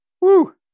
Woo